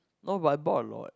no but I bought a lot